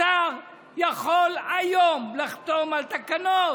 השר יכול היום לחתום על תקנות,